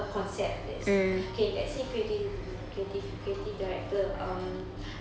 a concept yes okay let's say creative creative creative director um